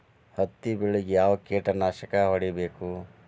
ಹತ್ತಿ ಬೆಳೇಗ್ ಯಾವ್ ಕೇಟನಾಶಕ ಹೋಡಿಬೇಕು?